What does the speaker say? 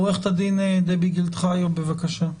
עו"ד דבי גילד חיו, בבקשה.